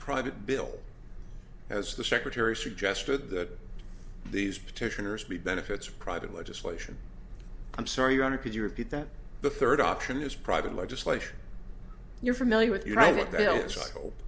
private bill as the secretary suggested that these petitioners be benefits private legislation i'm sorry your honor could you repeat that the third option is private legislation you're familiar with